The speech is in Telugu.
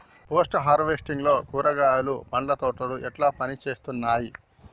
పోస్ట్ హార్వెస్టింగ్ లో కూరగాయలు పండ్ల తోటలు ఎట్లా పనిచేత్తనయ్?